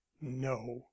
no